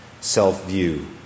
self-view